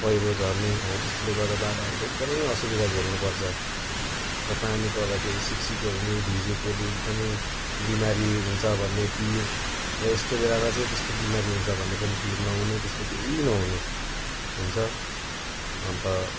पैह्रो झर्ने हो त्यस्तोले गर्दा बाटो हामीलाई एकदमै असुविधा झेल्नु पर्छ र पानी पर्दाखेरि सिकसिको हुने भिजेकोले एकदमै बिमारी हुन्छ भन्ने पीर र यस्तो बेलामा चाहिँ त्यस्तो बिमारी हुन्छ भन्ने पनि पीर नहुने त्यस्तो केही नहुने हुन्छ अन्त